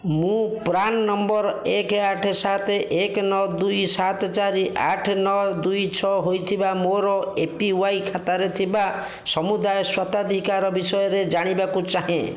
ମୁଁ PRAN number ଏକ ଆଠ ସାତ ଏକ ନଅ ଦୁଇ ସାତ ଚାରି ଆଠ ନଅ ଦୁଇ ଛଅ ହୋଇଥିବା ମୋର ଏ ପି ୱାଇ ଖାତାରେ ଥିବା ସମୁଦାୟ ସ୍ୱତ୍ୱାଧିକାର ବିଷୟରେ ଜାଣିବାକୁ ଚାହେଁ